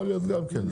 יכול להיות גם כן.